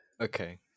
okay